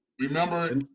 Remember